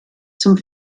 zum